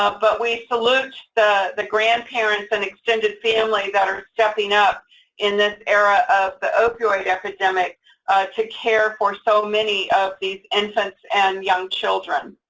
but we salute the the grandparents and extended family that are stepping up in this era of the opioid epidemic to care for so many of these infants and young children.